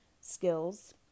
skills